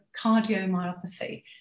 cardiomyopathy